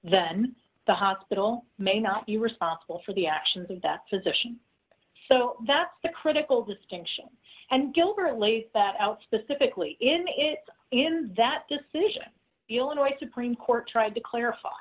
then the hospital may not be responsible for the actions of the physician so that's the critical distinction and gilbert late that out specifically it in that decision the illinois supreme court tried to clarify